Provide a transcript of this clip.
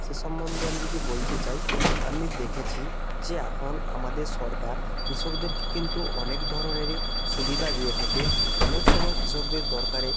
সে সম্বন্ধে আমি যদি বলতে চাই আমি দেখেছি যে এখন আমাদের সরকার কৃষকদেরকে কিন্তু অনেক ধরনেরই সুবিধা দিয়ে থাকে অনেক সময় কৃষকদের দরকারে